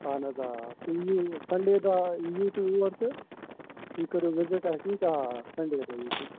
اَہَن حظ آ تُہۍ یِیِو سَنٛڈے دۄہ یِیِو تُہۍ یور تہٕ تُہۍ کٔرِو وِزِٹ اَسہِ نِش آ سَنڈے دۄہ یِیِو تُہۍ